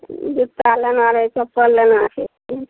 जूत्ता लेना रहै चप्पल लेना लेना छै